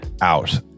out